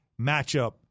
matchup